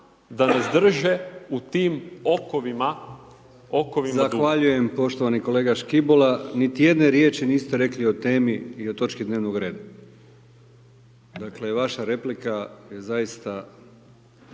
duga. **Brkić, Milijan (HDZ)** Zahvaljujem poštovani kolega Škibola. Niti jedne riječi niste rekli o temi i o točki dnevnoga reda. Dakle, vaša replika je zaista